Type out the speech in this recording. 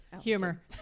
humor